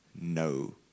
no